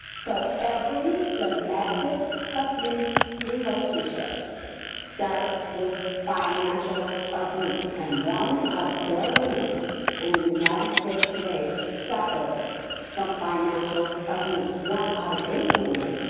so every domestic abuse relationship starts with financial abuse. and one out of four women in and the united states today suffer from financial abuse. one out of eight women,